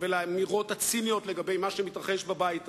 ולאמירות הציניות לגבי מה שמתרחש בבית הזה.